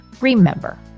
remember